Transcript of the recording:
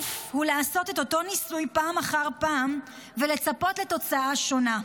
טירוף הוא לעשות את אותו ניסוי פעם אחר פעם ולצפות לתוצאה שונה.